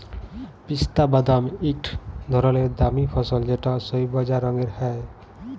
পিস্তা বাদাম ইকট ধরলের দামি ফসল যেট সইবজা রঙের হ্যয়